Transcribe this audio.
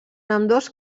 ambdós